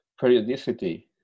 periodicity